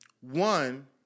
one